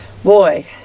Boy